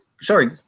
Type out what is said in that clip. Sorry